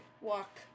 walk